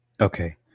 okay